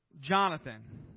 Jonathan